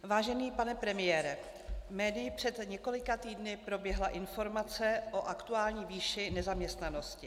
Vážený pane premiére, médii před několika týdny proběhla informace o aktuální výši nezaměstnanosti.